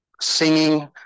singing